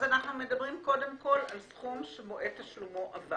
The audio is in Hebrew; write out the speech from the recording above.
אז אנחנו מדברים קודם כל על סכום שמועד תשלומו עבר.